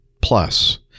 Plus